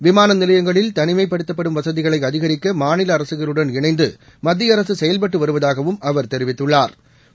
விமான நிலையங்களில் தனிமைப்படுத்தப்படும் வசதிகளை அதிகரிக்க மாநில அரசுகளுடன் இணைந்து மத்திய அரசு செயல்பட்டு வருவதாகவும் அவா் தெரிவித்துள்ளாா்